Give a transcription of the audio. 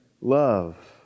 love